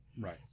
Right